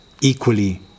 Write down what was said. equally